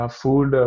food